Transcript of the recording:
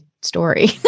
story